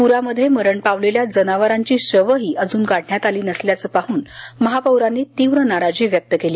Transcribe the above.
पुरामध्ये मरण पावलेल्या जनावरांची शव अजूनही काढण्यात आली नसल्याचं पाहून महापौरांनी तीव्र नाराजी व्यक्त केली